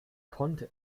konnte